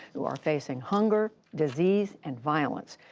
who are facing hunger, disease, and violence.